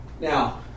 Now